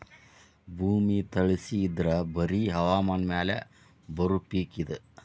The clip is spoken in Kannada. ಭೂಮಿ ತಳಸಿ ಇದ್ರ ಬರಿ ಹವಾಮಾನ ಮ್ಯಾಲ ಬರು ಪಿಕ್ ಇದ